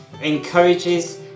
encourages